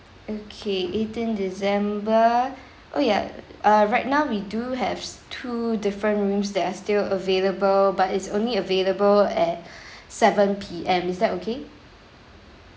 okay eighteen december oh ya uh right now we do have two different rooms that are still available but it's only available at seven P_M is that okay